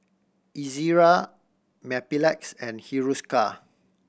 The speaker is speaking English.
Ezerra Mepilex and Hiruscar